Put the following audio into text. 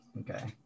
Okay